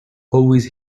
always